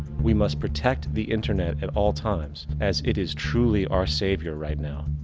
we must protect the internet at all times, as it is truly our savior right now.